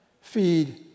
feed